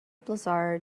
blizzard